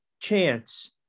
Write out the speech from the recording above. chance